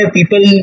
People